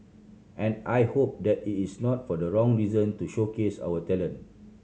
and I hope that it is not for the wrong reason to showcase our talent